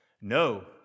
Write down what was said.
No